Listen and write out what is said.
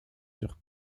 sur